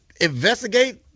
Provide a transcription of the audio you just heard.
investigate